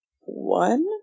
one